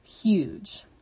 Huge